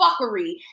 fuckery